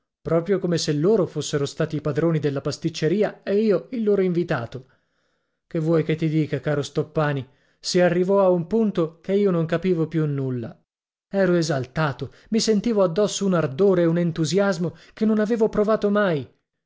proprio come se loro fossero stati i padroni della pasticceria e io il loro invitato che vuoi che ti dica caro stoppani si arrivò a un punto che io non capivo più nulla ero esaltato mi sentivo addosso un ardore e un entusiasmo che non avevo provato mai